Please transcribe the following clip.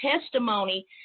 testimony